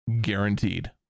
guaranteed